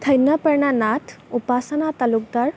ধন্য প্ৰেৰণা নাথ উপাসনা তালুকদাৰ